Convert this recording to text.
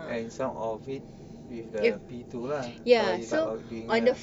and some of it with the P two lah kalau dia ingat